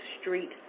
Street